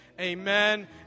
amen